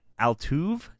Altuve